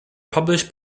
published